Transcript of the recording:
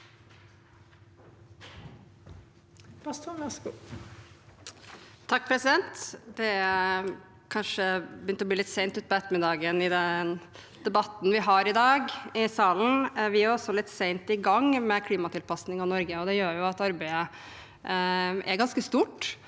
(MDG) Det har kanskje begynt å bli litt sent utpå ettermiddagen i debatten vi har i salen i dag. Vi er også litt sent i gang med klimatilpasning i Norge. Det gjør at arbeidet er ganske stort,